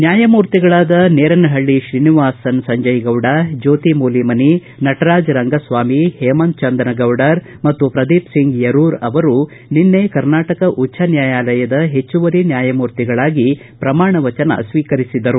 ನ್ಯಾಯಮೂರ್ತಿಗಳಾದ ನೇರನಹ್ಳ ಶ್ರೀನಿವಾಸನ್ ಸಂಜಯ್ಗೌಡ ಜ್ಯೋತಿ ಮೂಲಿಮನಿ ನಟರಾಜ್ ರಂಗಸ್ವಾಮಿ ಹೇಮಂತ್ ಚಂದನಗೌಡರ್ ಮತ್ತು ಪ್ರದೀಪ್ ಸಿಂಗ್ ಯೆರೂರ್ ಆವರು ನಿನ್ನೆ ಕರ್ನಾಟಕ ಉಚ್ದ ನ್ನಾಯಾಲಯದ ಹೆಚ್ಚುವರಿ ನ್ನಾಯಮೂರ್ತಿಗಳಾಗಿ ಪ್ರಮಾಣ ವಚನ ಸ್ತೀಕರಿಸಿದರು